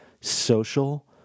social